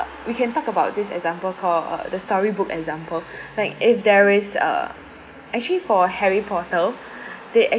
we can talk about this example call uh the storybook example like if there is uh actually for harry porter the